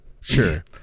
Sure